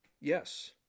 Yes